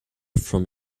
from